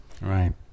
Right